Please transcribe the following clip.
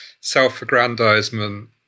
self-aggrandizement